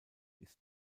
ist